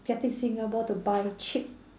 getting Singapore to buy cheap